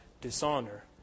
dishonor